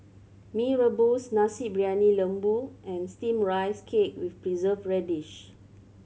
Mee Rebus Nasi Briyani Lembu and Steamed Rice Cake with Preserved Radish